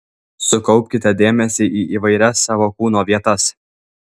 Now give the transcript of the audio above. sukaupkite dėmesį į įvairias savo kūno vietas